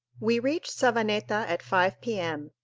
we reached savaneta at five p m.